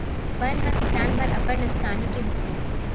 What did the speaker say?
बन ह किसान बर अब्बड़ नुकसानी के होथे